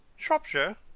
shropshire?